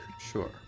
Sure